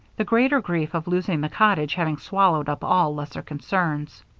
the greater grief of losing the cottage having swallowed up all lesser concerns.